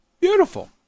beautiful